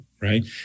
right